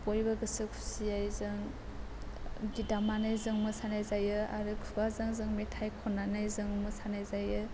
बयबो गोसो खुसियै जों गिट दामनानै जों मोसानाय जायो आरो खुगाजों जों मेथाइ खननानै जों मोसानाय जायो